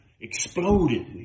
exploded